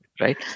right